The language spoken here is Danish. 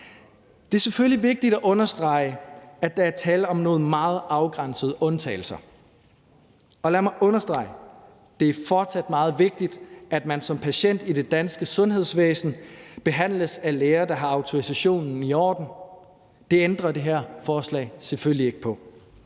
Det er selvfølgelig vigtigt at understrege, at der er tale om nogle meget afgrænsede undtagelser, og lad mig understrege, at det fortsat er meget vigtigt, at man som patient i det danske sundhedsvæsen behandles af læger, der har autorisationen i orden. Det ændrer det her forslag selvfølgelig ikke på.